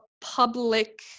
public